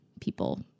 people